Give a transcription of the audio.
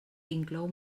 inclou